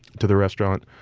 to the restaurant,